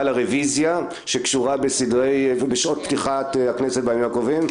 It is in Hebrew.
על הרביזיה שקשורה לשעות פתיחת מליאת הכנסת בימים הקרובים.